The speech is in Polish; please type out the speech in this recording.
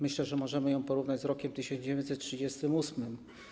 Myślę, że możemy ją porównać z rokiem 1938.